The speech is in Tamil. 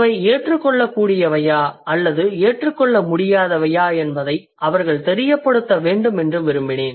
இவை ஏற்றுக்கொள்ளக்கூடியவையா அல்லது ஏற்றுக்கொள்ள முடியாதவையா என்பதை அவர்கள் தெரியப்படுத்த வேண்டும் என்று விரும்பினேன்